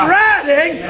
riding